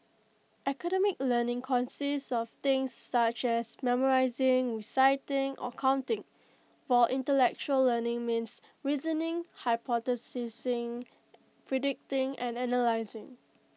academic learning consists of things such as memorising reciting or counting while intellectual learning means reasoning hypothesising predicting and analysing